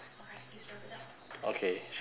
okay she say wrap it up